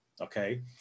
okay